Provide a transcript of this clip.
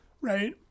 right